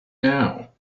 now